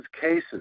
cases